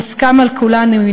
מוסכם על כולנו,